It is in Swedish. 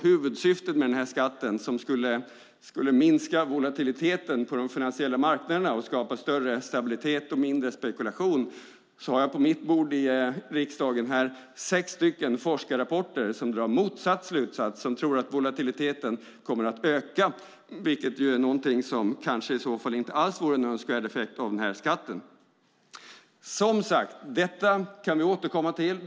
Huvudsyftet med skatten är att minska volatiliteten på de finansiella marknaderna och skapa större stabilitet och mindre spekulation. Jag har på mitt bord här i riksdagen sex forskarrapporter där man drar motsatt slutsats. Man tror att volatiliteten kommer att öka. Det är någonting som inte alls vore en önskvärd effekt av skatten. Det kan vi återkomma till.